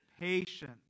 patience